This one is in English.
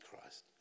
Christ